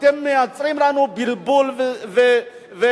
אתם מייצרים לנו בלבול והפחדה.